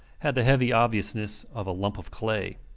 had the heavy obviousness of a lump of clay.